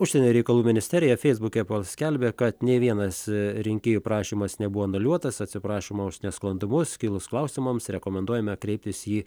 užsienio reikalų ministerija feisbuke skelbia kad nė vienas rinkėjų prašymas nebuvo anuliuotas atsiprašoma už nesklandumus kilus klausimams rekomenduojame kreiptis į